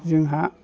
जोंहा